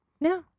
No